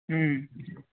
హ